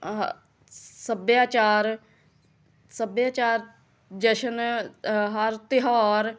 ਆਹ ਸੱਭਿਆਚਾਰ ਸੱਭਿਆਚਾਰ ਜਸ਼ਨ ਹਰ ਤਿਉਹਾਰ